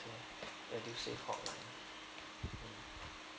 edusave hotline